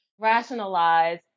rationalize